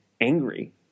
angry